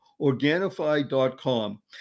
Organifi.com